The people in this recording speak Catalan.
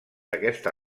aquesta